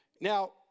now